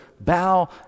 bow